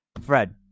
Fred